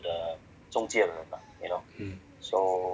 mm